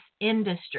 industry